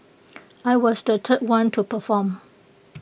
I was the third one to perform